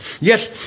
yes